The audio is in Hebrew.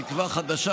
תקווה חדשה,